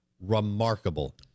remarkable